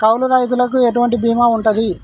కౌలు రైతులకు ఎటువంటి బీమా ఉంటది?